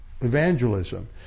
evangelism